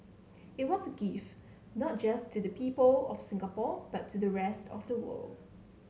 it was a gift not just to the people of Singapore but to the rest of the world